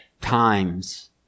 times